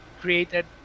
created